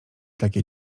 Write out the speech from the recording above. takie